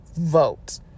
vote